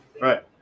Right